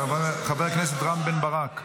חבר הכנסת רם בן ברק.